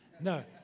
No